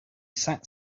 sat